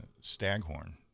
staghorn